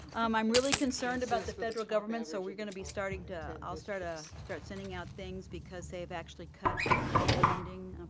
i'm really concerned about the federal government so we're gonna be starting to, i'll start ah start sending out things because they have actually cut all the funding.